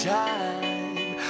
time